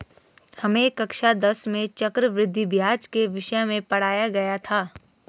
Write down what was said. हमें कक्षा दस में चक्रवृद्धि ब्याज के विषय में पढ़ाया गया था